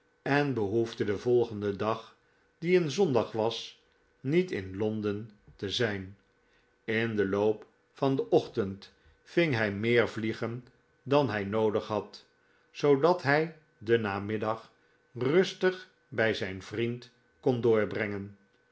en behoefde den volgenden dag die een zondag was niet in londen te zijn in den loop van den ochtend ving hij meer vliegen dan hij noodig had zoodat hij den namiddag rustig bij zijn vriend kon doorbrengen